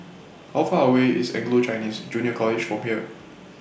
How Far away IS Anglo Chinese Junior College from here